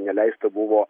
neleista buvo